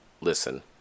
listen